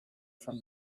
from